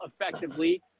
effectively